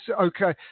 okay